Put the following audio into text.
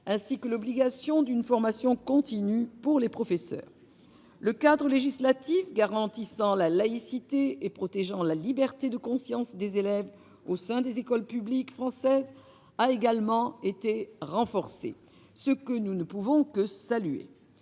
encore à l'obligation d'une formation continue pour les professeurs. Le cadre législatif garantissant la laïcité et protégeant la liberté de conscience des élèves au sein des écoles publiques françaises a également été renforcé, ce que nous ne pouvons que saluer.